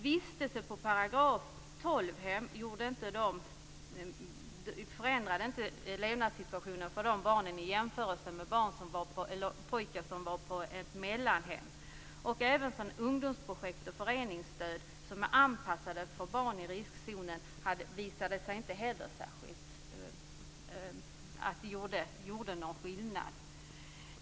Vistelse på § 12-hem har inte förändrat levnadssituationen för de barnen jämfört med pojkar som har vistats på mellanhem. Även ungdomsprojekt och föreningsstöd för barn i riskzonen har inte gjort någon skillnad.